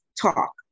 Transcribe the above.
talk